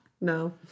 No